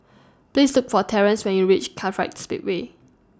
Please Look For Terence when YOU REACH Kartright Speedway